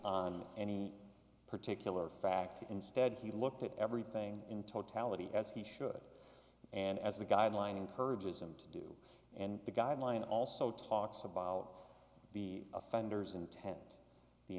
on any particular fact instead he looked at everything in totality as he should and as the guideline encourages them to do and the guideline also talks about the offenders inten